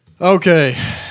Okay